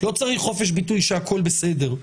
לא צריך חופש ביטוי שהכל בסדר.